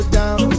down